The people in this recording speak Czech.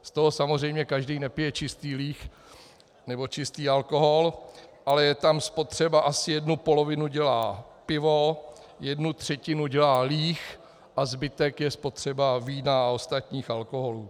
Z toho samozřejmě každý nepije čistý líh nebo čistý alkohol, ale je tam spotřeba asi jednu polovinu dělá pivo, jednu třetinu dělá líh a zbytek je spotřeba vína a ostatních alkoholů.